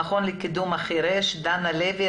המכון לקידום החירש דנה לוי,